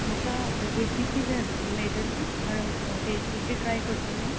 म्हाका एसीची जाय आसली मेळटली मेळूंक एसीची ट्राय करतलें